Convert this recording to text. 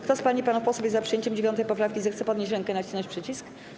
Kto z pań i panów posłów jest za przyjęciem 9. poprawki, zechce podnieść rękę i nacisnąć przycisk.